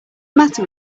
matter